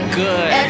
good